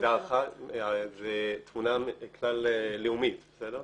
זו הערכה ותמונה כלל לאומית, בסדר?